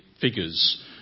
figures